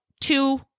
two